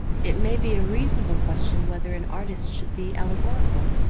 it may be a reasonable question whether an artist should be allegorical.